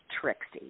Trixie